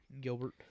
Gilbert